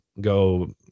go